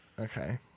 okay